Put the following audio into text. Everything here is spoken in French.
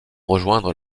rejoindre